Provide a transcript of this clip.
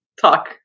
talk